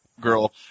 girl